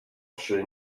przy